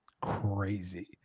Crazy